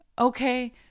okay